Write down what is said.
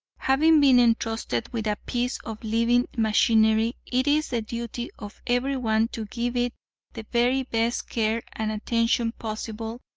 having been entrusted with a piece of living machinery, it is the duty of everyone to give it the very best care and attention possible,